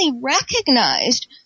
recognized